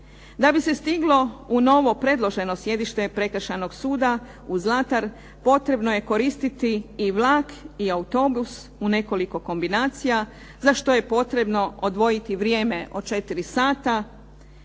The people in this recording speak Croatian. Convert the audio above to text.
Da bi se stiglo u novo predloženo sjedište Prekršajnog suda u Zlatar potrebno je koristiti i vlak i autobus u nekoliko kombinacija za što je potrebno odvojiti vrijeme od četiri sata.